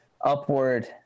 upward